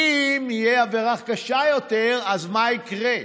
אם תהיה עבירה קשה יותר, אז מה יקרה?